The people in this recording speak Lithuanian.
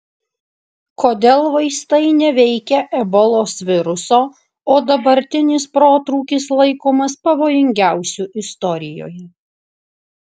kodėl vaistai neveikia ebolos viruso o dabartinis protrūkis laikomas pavojingiausiu istorijoje